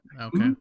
Okay